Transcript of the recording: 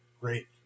Great